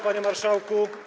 Panie Marszałku!